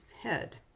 head